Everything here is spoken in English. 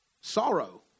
Sorrow